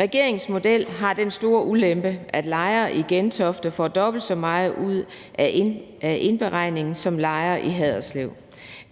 Regeringens model har den store ulempe, at lejere i Gentofte får dobbelt så meget ud af beregningen som lejere i Haderslev.